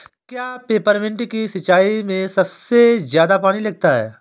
क्या पेपरमिंट की सिंचाई में सबसे ज्यादा पानी लगता है?